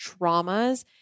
traumas